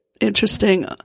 interesting